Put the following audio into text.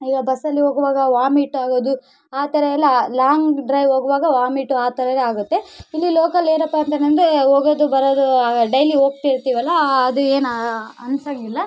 ಈಗ ಬಸ್ಸಲ್ಲಿ ಹೋಗುವಾಗ ವಾಮಿಟ್ ಆಗೋದು ಆ ಥರ ಎಲ್ಲ ಲಾಂಗ್ ಡ್ರೈವ್ ಹೋಗುವಾಗ ವಾಮಿಟ್ ಆ ಥರವೇ ಆಗುತ್ತೆ ಇಲ್ಲಿ ಲೋಕಲ್ ಏನಪ್ಪ ಅಂದ್ರೆ ನಂದು ಹೋಗೋದು ಬರೋದು ಡೈಲಿ ಹೋಗ್ತಿರ್ತೀವಲ್ಲ ಅದು ಏನೂ ಅನಿಸೋದಿಲ್ಲ